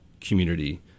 community